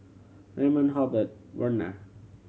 Raymon Hobert Werner